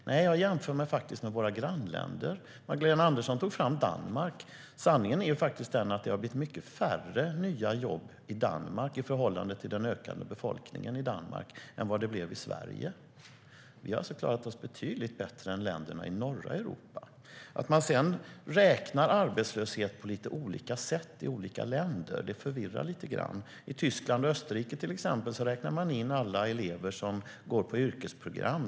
Nej, jag jämför faktiskt med våra grannländer. Magdalena Andersson nämnde Danmark. Sanningen är den att det har blivit mycket färre nya jobb i förhållande till den ökande befolkningen i Danmark än i Sverige. Vi har alltså klarat oss betydligt bättre än länderna i norra Europa. Att man räknar arbetslöshet på lite olika sätt i olika länder förvirrar lite. I Tyskland och Österrike räknar man till exempel in alla elever som går på yrkesprogram.